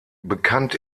bekannt